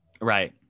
right